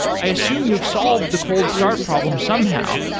i assume you've solved the cold start problems somehow.